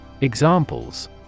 Examples